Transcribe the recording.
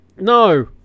no